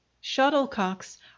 shuttlecocks